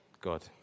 God